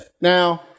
Now